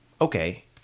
okay